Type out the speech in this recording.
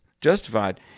justified